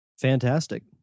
Fantastic